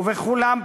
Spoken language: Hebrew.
ובכולם,